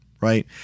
right